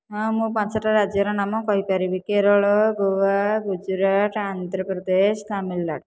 ହଁ ମୁଁ ପାଞ୍ଚଟା ରାଜ୍ୟ ର ନାମ କହିପାରିବି କେରଳ ଗୋଆ ଗୁଜୁରାଟ ଆନ୍ଦ୍ରପ୍ରଦେଶ ତାମିଲନାଡ଼ୁ